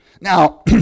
Now